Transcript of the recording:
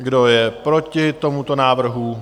Kdo je proti tomuto návrhu?